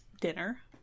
dinner